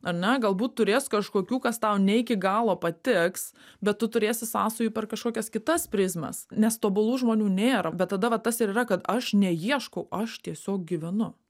ar ne galbūt turės kažkokių kas tau ne iki galo patiks bet tu turėsi sąsajų per kažkokias kitas prizmes nes tobulų žmonių nėra bet tada va tas ir yra kad aš neieškau aš tiesiog gyvenu